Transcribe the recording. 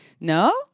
No